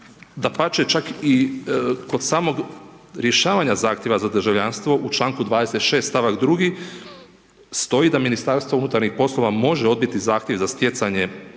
dapače i kod rješavanje samog zahtjeva za državljanstvo u čl. 26. stavak 2 stoji da Ministarstvo unutarnjih poslova, može odbiti zahtjev za stjecanje